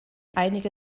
einige